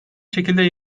şekilde